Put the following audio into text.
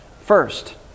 first